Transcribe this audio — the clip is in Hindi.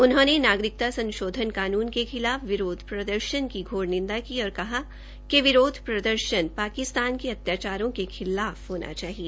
उन्होंने नागरिकता संशोधन कानून के खिलाफ विरोध प्रदर्शन की घोर निंदा की और कहा कि विरोध प्रदर्शनपाकिस्तान के अत्याचारों के खिलाफ होना चाहिए